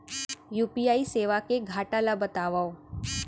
UPI सेवा के घाटा ल बतावव?